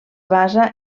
basa